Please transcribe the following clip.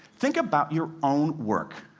think about your own work.